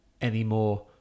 anymore